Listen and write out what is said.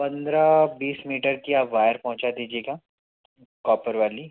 पंद्रह बीस मीटर की आप वायर पहुँचा दीजिएगा कॉपर वाली